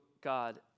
God